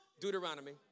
Deuteronomy